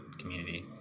community